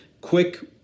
quick